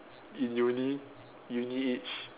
in uni uni age